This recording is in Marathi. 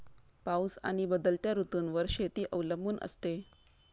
पाऊस आणि बदलत्या ऋतूंवर शेती अवलंबून असते